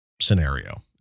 scenario